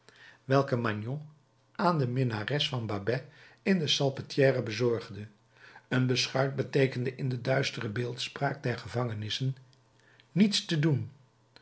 welke magnon aan de minnares van babet in de salpetrière bezorgde een beschuit beteekent in de duistere beeldspraak der gevangenissen niets te doen